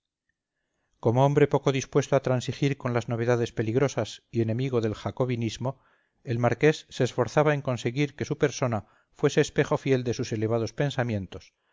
como hombre poco dispuesto a transigir con las novedades peligrosas y enemigo del jacobinismo el marqués se esforzaba en conseguir que su persona fuese espejo fiel de sus elevados pensamientos